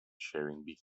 sharing